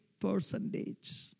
percentage